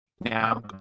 Now